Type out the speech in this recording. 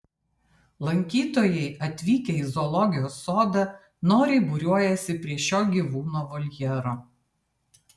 lankytojai atvykę į zoologijos sodą noriai būriuojasi prie šio gyvūno voljero